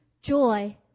joy